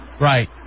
right